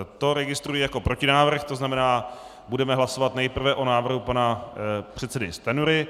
To registruji jako protinávrh, to znamená, budeme hlasovat nejprve o návrhu pana předsedy Stanjury.